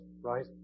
right